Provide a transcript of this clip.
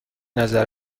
نظر